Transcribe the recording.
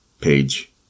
page